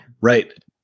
Right